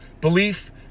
Belief